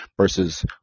versus